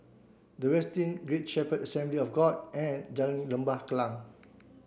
The Westin Shepherd Assembly of God and Jalan Lembah Kallang